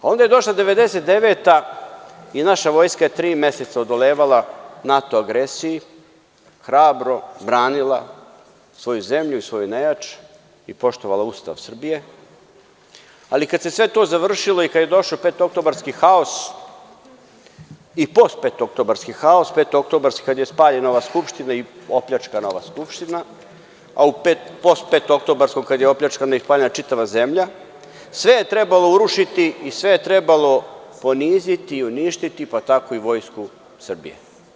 Onda je došla 1999. godina i naša vojska je tri meseca odolevala NATO agresiji, hrabro branila svoju zemlju i svoju nejač i poštovana Ustav Srbije, ali kada se sve to završilo i kada je došao peto oktobarski haos i postpetooktobarski haos, kada je spaljena ova skupština i opljačkana, a i postpetooktobarsko kada je opljačkana i spaljena čitava zemlja, sve je trebalo urušiti i sve je trebalo poniziti i uništiti, pa tako i Vojsku Srbije.